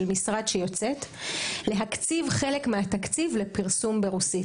של משרד להקציב חלק מהתקציב לפרסום ברוסית.